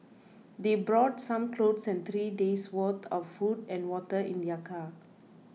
they brought some clothes and three days' worth of food and water in their car